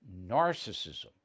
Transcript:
Narcissism